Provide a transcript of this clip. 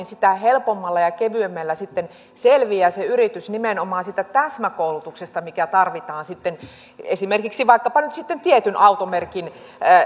sitä helpommalla ja kevyemmällä sitten selviää se yritys nimenomaan siitä täsmäkoulutuksesta mikä tarvitaan esimerkiksi vaikkapa nyt sitten tietyn automerkin